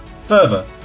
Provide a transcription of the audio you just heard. Further